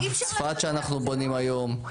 בצפת בה אנחנו בונים היום,